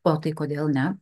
o tai kodėl ne